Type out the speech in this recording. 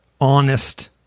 honest